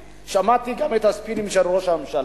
שמעתי גם את הספינים של ראש הממשלה.